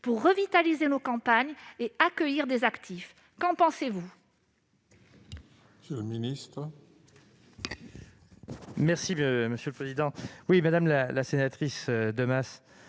pour revitaliser nos campagnes et accueillir des actifs. Qu'en pensez-vous ?